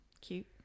Cute